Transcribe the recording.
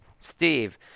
Steve